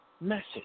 Message